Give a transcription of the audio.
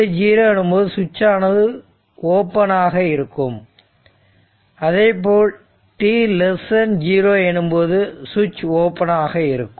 t0 எனும்போது ஸ்விட்ச் ஆனது ஓப்பனாக இருக்கும் அதேபோல் t0 எனும்போது ஸ்விட்ச் ஓபன் ஆக இருக்கும்